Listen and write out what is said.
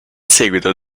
seguito